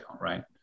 right